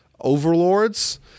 overlords